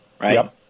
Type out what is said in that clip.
right